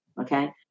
okay